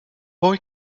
boy